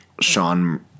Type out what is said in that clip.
Sean